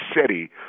city